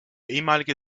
ehemalige